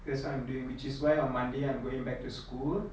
that's what I'm doing which is why on monday I'm going back to school